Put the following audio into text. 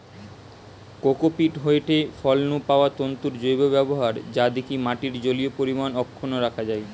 cocopeat হয়ঠে ফল নু পাওয়া তন্তুর জৈব ব্যবহার যা দিকি মাটির জলীয় পরিমাণ অক্ষুন্ন রাখা যায়